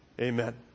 Amen